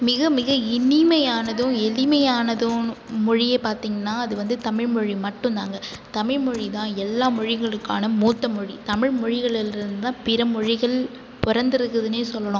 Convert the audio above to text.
மிக மிக இனிமையானதும் எளிமையானதும்னு மொழியை பார்த்திங்கனா அது வந்து தமிழ் மொழி மட்டுந்தாங்க தமிழ் மொழிதான் எல்லா மொழிகளுக்கான மூத்த மொழி தமிழ் மொழிகளுன்றதுதான் பிற மொழிகள் பிறந்துருக்குதுனே சொல்லலாம்